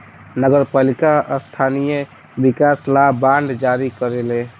नगर पालिका स्थानीय विकास ला बांड जारी करेले